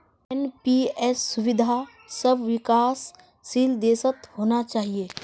NPS सुविधा सब विकासशील देशत होना चाहिए